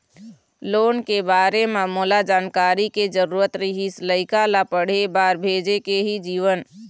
loan के बारे म मोला जानकारी के जरूरत रीहिस, लइका ला पढ़े बार भेजे के हे जीवन